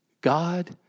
God